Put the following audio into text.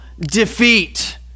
Defeat